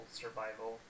survival